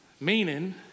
meaning